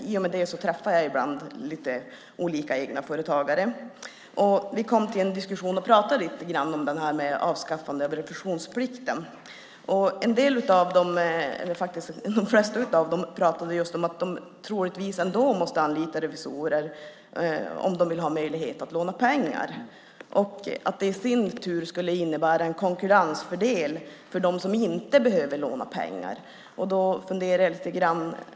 I och med det träffar jag ibland olika egenföretagare. Vi kom i en diskussion att prata om avskaffande av revisionsplikten. De flesta av dem sade att de troligtvis ändå måste anlita revisorer om de vill ha möjlighet att låna pengar. Det skulle i sin tur innebära en konkurrensfördel för dem som inte behöver låna pengar.